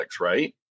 right